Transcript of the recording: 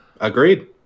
Agreed